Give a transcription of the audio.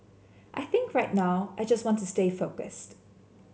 I think right now I just want to stay focused